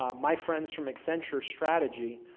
um my friends from accenture strategy,